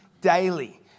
daily